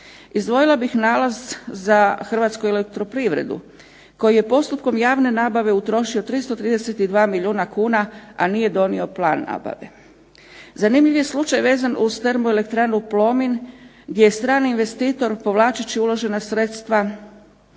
Izdvojila bih nalaz za Hrvatsku elektroprivredu koji je postupkom javne nabave utrošio 332 milijuna kuna, a nije donio plan nabave. Zanimljiv je slučaj vezan uz termoelektranu Plomin, gdje je strani investitor povlačeći uložena sredstva